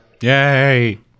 Yay